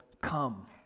come